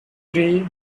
three